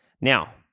Now